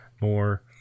more